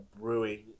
brewing